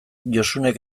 josunek